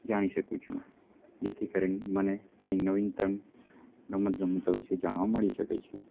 જાણી શકું છું જેથી કરીને મને કંઈ નવીનતમ રમત ગમત વિશે જાણવા મળી શકે છે